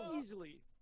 Easily